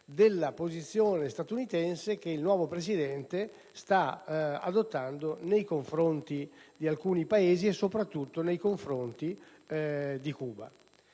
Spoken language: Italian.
della posizione statunitense che il nuovo Presidente sta adottando nei confronti di alcuni Paesi, soprattutto di Cuba.